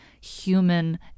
human